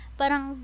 parang